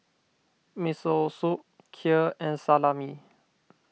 Miso Soup Kheer and Salami